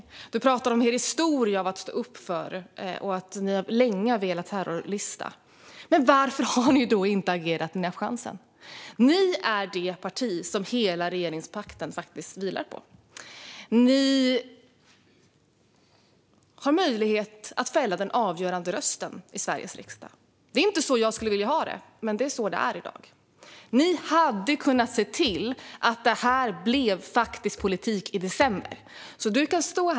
Ledamoten pratade om Sverigedemokraternas historia av att stå upp för och länge ha velat ha en terrorlista. Men varför har ni då inte agerat när ni har haft chansen? Ni är faktiskt det parti som hela regeringspakten vilar på. Ni har möjlighet att fälla den avgörande rösten i Sveriges riksdag. Det är inte så jag skulle vilja ha det, men det är så det är i dag. Ni hade kunnat se till att det här blev faktisk politik i december!